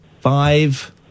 Five